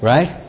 Right